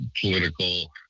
political